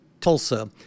Tulsa